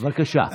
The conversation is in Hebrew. בבקשה.